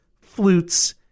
flutes